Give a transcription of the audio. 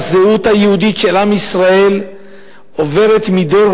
הזהות היהודית של עם ישראל עוברת מדור